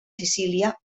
sicília